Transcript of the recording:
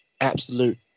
absolute